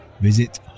Visit